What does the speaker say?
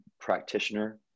practitioner